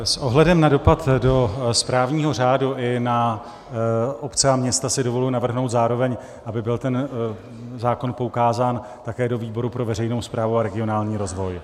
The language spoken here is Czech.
S ohledem na dopad do správního řádu i na obce a města si dovoluji navrhnout zároveň, aby byl zákon poukázán také do výboru pro veřejnou správu a regionální rozvoj.